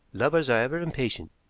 lovers are ever impatient.